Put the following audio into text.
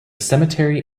cemetery